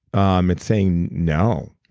um it's saying no.